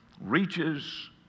reaches